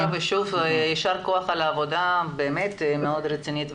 שוב יישר כח על העבודה הבאמת מאוד רצינית.